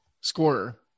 scorer